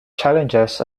challenges